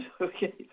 Okay